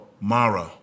Mara